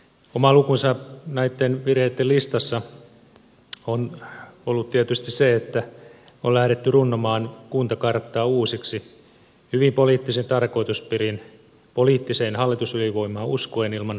oma lukunsa näiden virheiden listassa on ollut tietysti se että on lähdetty runnomaan kuntakarttaa uusiksi hyvin poliittisin tarkoitusperin poliittiseen hallitusylivoimaan uskoen ilman parlamentaarista valmistelua